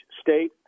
state